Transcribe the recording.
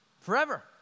Forever